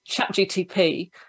ChatGTP